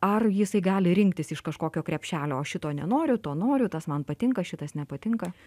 ar jisai gali rinktis iš kažkokio krepšelio aš šito nenoriu to noriu tas man patinka šitas nepatinka